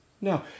No